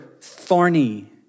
thorny